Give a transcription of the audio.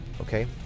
okay